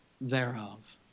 thereof